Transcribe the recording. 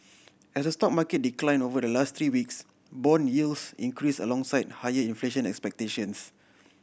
as the stock market decline over the last three weeks bond yields increase alongside higher inflation expectations